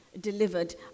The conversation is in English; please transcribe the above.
delivered